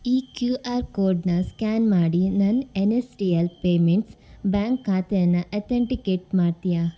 ಈ Q R ಕೋಡ್ನ scan ಮಾಡಿ ನನ್ನ N S D L payments bank ಖಾತೆಯನ್ನು ಅತೆಂಟಿಕೇಟ್ ಮಾಡ್ತೀಯಾ